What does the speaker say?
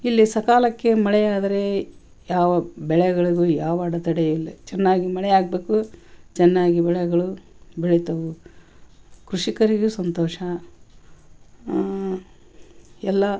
ಇಲ್ಲಿ ಸಕಾಲಕ್ಕೆ ಮಳೆಯಾದರೆ ಯಾವ ಬೆಳೆಗಳಿಗೂ ಯಾವ ಅಡತಡೆಯೂ ಇಲ್ಲ ಚೆನ್ನಾಗಿ ಮಳೆಯಾಗಬೇಕು ಚೆನ್ನಾಗಿ ಬೆಳೆಗಳು ಬೆಳಿತಾವೆ ಕೃಷಿಕರಿಗೂ ಸಂತೋಷ ಎಲ್ಲ